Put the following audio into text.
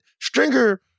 Stringer